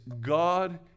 god